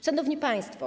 Szanowni Państwo!